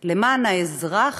למען האזרח,